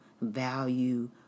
value